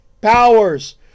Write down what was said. powers